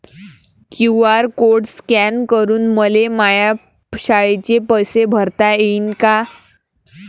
QR code scan करून मले माया शाळेचे पैसे भरता येईन का?